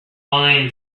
lying